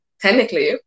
technically